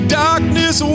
darkness